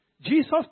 Jesus